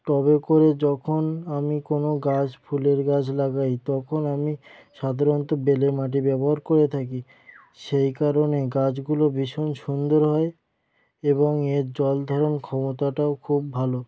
টবে করে যখন আমি কোনো গাছ ফুলের গাছ লাগাই তখন আমি সাধারণত বেলে মাটি ব্যবহার করে থাকি সেই কারণেই গাছগুলো ভীষণ সুন্দর হয় এবং এর জল ধারণ ক্ষমতাটাও খুব ভালো